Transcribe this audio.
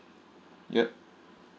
yup